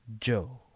Joe